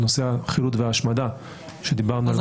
נושא החילוט והשמדה שדיבר על זה כאן.